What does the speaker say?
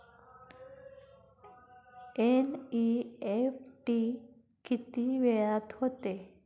NEFT किती वेळात होते?